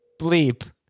bleep